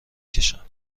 کشم